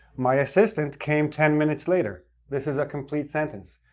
my assistant came ten minutes later. this is a complete sentence.